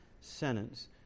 sentence